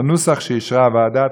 בנוסח שאישרה הוועדה.